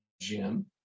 gym